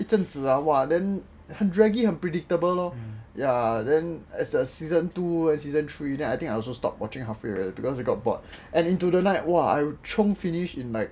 一阵子 !wah! then 很 draggy predictable lor ya then as the season two then season three then I think I also stopped watching halfway right because I got bored and into the night !wah! I chiong finished in like